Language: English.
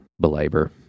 belabor